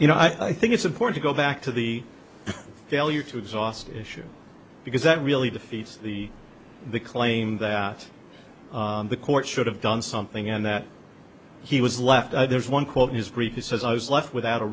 you know i think it's important to go back to the failure to exhaust issue because that really defeats the the claim that the court should have done something and that he was left there's one quote newsweek who says i was left without a